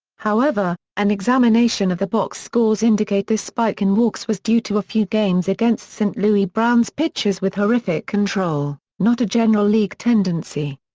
however, an examination of the box scores indicate this spike in walks was due to a few games against st. louis browns' pitchers with horrific control, not a general league tendency.